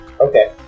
Okay